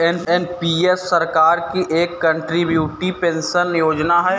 NPS सरकार की एक कंट्रीब्यूटरी पेंशन योजना है